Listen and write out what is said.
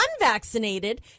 unvaccinated